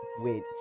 went